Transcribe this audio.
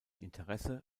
interesse